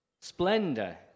Splendor